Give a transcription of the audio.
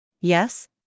Yes